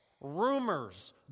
Rumors